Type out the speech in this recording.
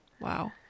Wow